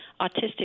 autistic